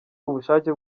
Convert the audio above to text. ubushake